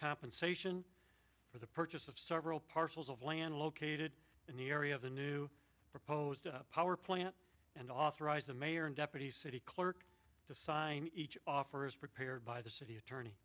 compensation for the purchase of several parcels of land located in the area of the new proposed power plant and authorized the mayor and deputy city clerk to sign each offer is prepared by the city attorney